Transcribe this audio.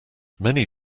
many